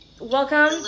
welcome